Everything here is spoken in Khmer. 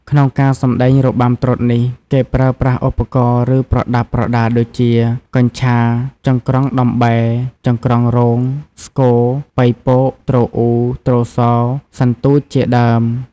ក្នុងការសម្តែងរបាំត្រុដិនេះ គេប្រើប្រាស់ឧបករណ៍ ឬប្រដាប់ប្រដាដូចជា កញ្ឆារ ចង្ក្រង់ដំបែ ចង្ក្រង់រ៉ូង ស្គរ ប៉ីពក ទ្រអ៊ូ ទ្រសោ សន្ទូចជាដើម។